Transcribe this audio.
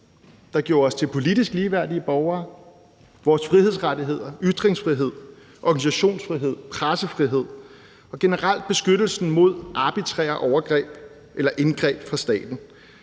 der gjorde os til politisk ligeværdige borgere og gav os vores frihedsrettigheder: ytringsfrihed, organisationsfrihed, pressefrihed og generelt beskyttelsen mod arbitrære overgreb eller indgreb fra statens